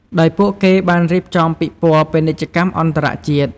ដោយពួកគេបានរៀបចំពិព័រណ៍ពាណិជ្ជកម្មអន្តរជាតិ។